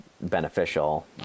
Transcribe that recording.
beneficial